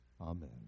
Amen